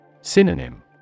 Synonym